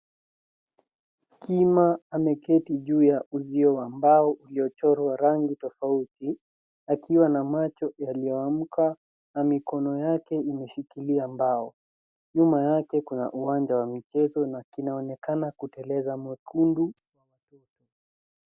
Kima ameketi juu ya uzio wa mbao iliyochorwa rangi tofauti, akiwa ana macho yaliyoamka na mikono yake imeshikilia mbao. Nyuma yake kuna uwanja wa michezo na kinaonekana kiteleza mwekundu.